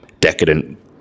decadent